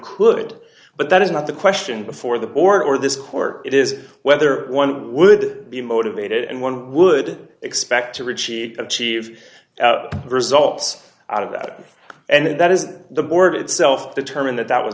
could but that is not the question before the board or this court is whether one would be motivated and one would expect to reach achieve results out of it and that is the board itself determined that that was